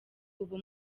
ubu